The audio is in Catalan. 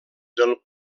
del